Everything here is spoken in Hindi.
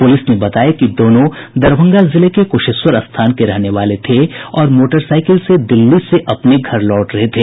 पुलिस ने बताया कि दोनों दरभंगा जिले के कुशेश्वर स्थान के रहने वाले थे और मोटरसाइकिल से दिल्ली से अपने घर लौट रहे थे